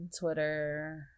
Twitter